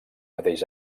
mateix